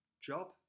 job